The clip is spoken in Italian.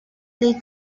dei